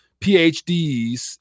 PhDs